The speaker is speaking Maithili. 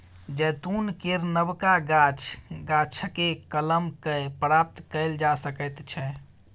जैतून केर नबका गाछ, गाछकेँ कलम कए प्राप्त कएल जा सकैत छै